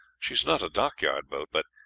she is not a dockyard boat, but,